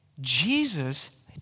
Jesus